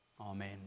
Amen